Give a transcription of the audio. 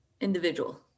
individual